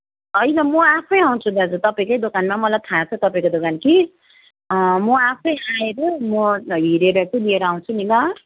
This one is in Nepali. होइन म आफै आउँछु दाजु तपाईँकै दोकानमा मलाई थाहा छ तपाईँको दोकान कि म आफैं आएर म हेरेर चाहिँ लिएर आउँछु नि ल